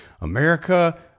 America